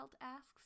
asks